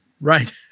Right